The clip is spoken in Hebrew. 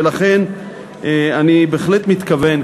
ולכן אני בהחלט מתכוון,